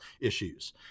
issues